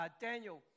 Daniel